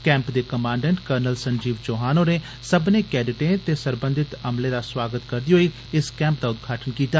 camp दे commandant colonel Sanjeev Chauhan होरें सब्भनें कैडेटें ते सरबंधत अमले दा सोआगत करदे होई इस कैंप दा उद्घाटन कीता